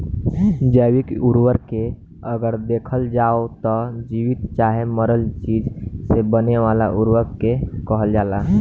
जैविक उर्वरक के अगर देखल जाव त जीवित चाहे मरल चीज से बने वाला उर्वरक के कहल जाला